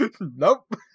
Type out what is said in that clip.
Nope